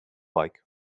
like